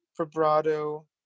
vibrato